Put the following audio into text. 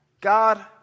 God